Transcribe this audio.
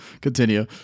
Continue